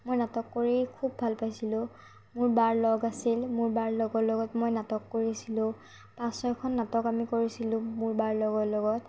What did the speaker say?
মই নাটক কৰি খুব ভাল পাইছিলো মোৰ বাৰ লগ আছিল মোৰ বাৰ লগৰৰ লগত মই নাটক কৰিছিলো পাঁচ ছয়খন নাটক আমি কৰিছিলো মোৰ বাৰ লগৰৰ লগত